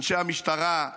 אנשי המשטרה,